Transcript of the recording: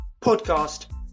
podcast